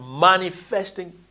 manifesting